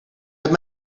hebt